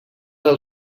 del